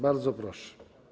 Bardzo proszę.